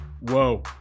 Whoa